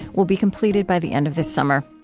will be completed by the end of this summer.